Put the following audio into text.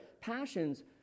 passions